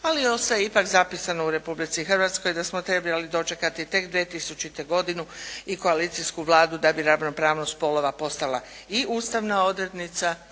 ali ovo sve je ipak zapisano u Republici Hrvatskoj da smo trebali dočekati tek 2000. godinu i koalicijsku Vladu da bi ravnopravnost spolova postala i ustavna odrednica i vrednota